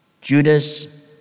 Judas